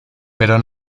pero